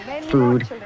food